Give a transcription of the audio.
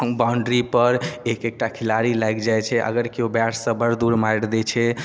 boundary पर एक एकटा खिलाड़ी लागि जाइ छै अगर केओ बैट सँ बड़ दूर मारि दै छै